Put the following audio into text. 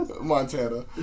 Montana